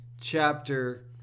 chapter